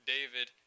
David